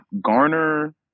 garner